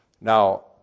Now